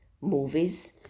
movies